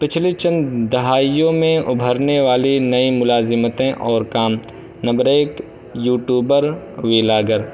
پچھلے چند دہائیوں میں ابھرنے والی نئی ملازمتیں اور کام نمبر ایک یوٹیوبر ویلاگر